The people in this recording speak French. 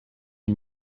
une